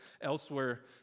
elsewhere